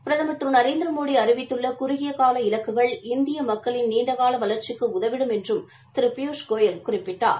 பிரதமா் திரு நரேந்திரமோடி அறிவித்துள்ள குறுகிய கால இலக்குகள் இந்திய மக்களின் நீண்டகால வளர்ச்சிக்கு உதவிடும் என்றும் திரு பியூஷ் கோயல் குறிப்பிட்டார்